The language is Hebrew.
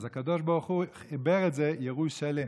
אז הקדוש ברוך הוא חיבר את זה: ירו-שלם.